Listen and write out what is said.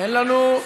אין לנו.